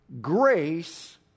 grace